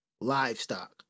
livestock